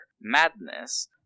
madness